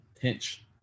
Pinch